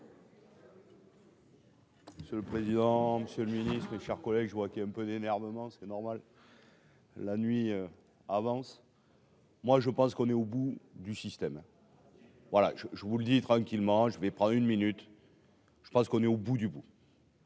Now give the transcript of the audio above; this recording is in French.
Monsieur le président, Monsieur le Ministre, mes chers collègues, je vois qu'il y ait un peu d'énervement, c'est normal la nuit avance. Moi je pense qu'on est au bout du système voilà je, je vous le dis tranquillement, je vais prendre une minute, je pense qu'on est au bout du bout.